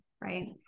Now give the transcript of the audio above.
Right